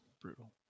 Brutal